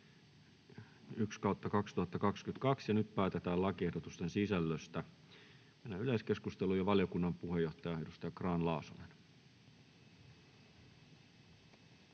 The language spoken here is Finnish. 1/2022 vp. Nyt päätetään lakiehdotusten sisällöstä. — Yleiskeskustelu, valiokunnan puheenjohtaja, edustaja Grahn-Laasonen.